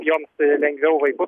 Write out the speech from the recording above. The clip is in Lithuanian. jom lengviau vaiku